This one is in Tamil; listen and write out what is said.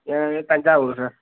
என் வீடு தஞ்சாவூர் சார்